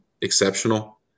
exceptional